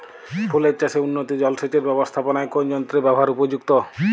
ফুলের চাষে উন্নত জলসেচ এর ব্যাবস্থাপনায় কোন যন্ত্রের ব্যবহার উপযুক্ত?